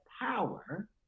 power